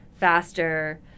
faster